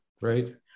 Right